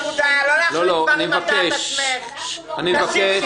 לא להחליט דברים על דעת עצמך --- אני מבקש,